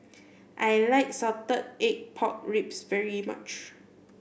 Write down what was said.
I like salted egg pork ribs very much